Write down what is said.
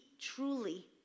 truly